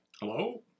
Hello